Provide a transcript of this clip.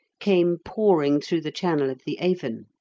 came pouring through the channel of the avon.